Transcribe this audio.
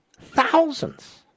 Thousands